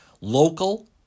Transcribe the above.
local